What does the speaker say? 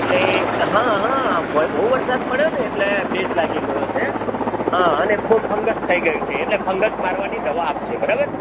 એટલે ભાઈ બહું વરસાદ પડ્યો ને એટલે ભેજ લાગી ગયો છે અને ફોમ ફંગસ થઈ ગયું છે એટલે ફંગસ મારવાની દવા આપશે બરાબર